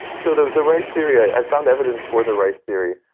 so the the rice theory, i found evidence for the rice theory,